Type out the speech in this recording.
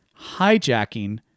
hijacking